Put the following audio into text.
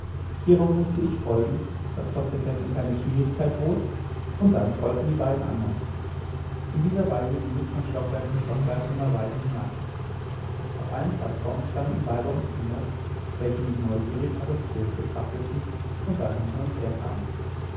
hierauf mußte ich folgen was trotz der fesseln keine schwierigkeit bot und dann folgten die beiden andern in dieser weise ging es von stockwerk zu stockwerk immer weiter hinab auf allen plattformen standen weiber und kinder welche mich neugierig aber still betrachteten und dann hinter uns herkamen